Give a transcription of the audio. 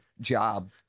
job